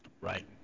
Right